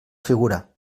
figura